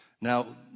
Now